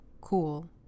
cool